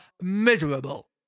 miserable